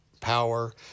power